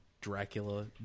Dracula